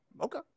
Okay